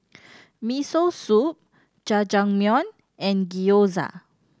Miso Soup Jajangmyeon and Gyoza